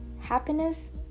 happiness